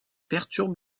perturbe